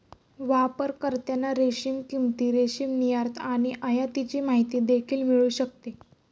वापरकर्त्यांना रेशीम किंमती, रेशीम निर्यात आणि आयातीची माहिती देखील मिळू शकते